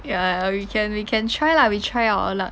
ya we can we can try lah we try our luck